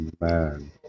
man